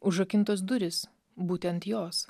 užrakintos durys būtent jos